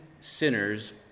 sinner's